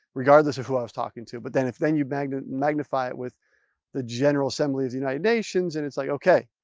regardless of who i was talking to, but then, if then, you magnify magnify it with the general assembly of the united nations and it's like. okay,